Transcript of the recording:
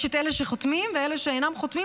יש את אלה שחותמים ואלה שאינם חותמים,